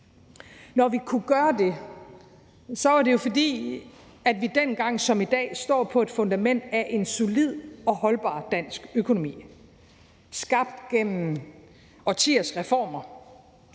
Når vi kunne gøre det, var det jo, fordi vi dengang som i dag står på et fundament af en solid og holdbar dansk økonomi, skabt gennem årtiers reformer.